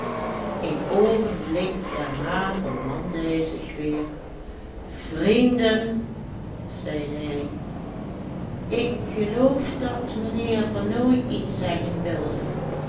een oogenblik daarna vermande hij zich weer vrienden zeide hij ik geloof dat mijnheer vernooy iets zeggen wilde